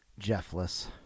Jeffless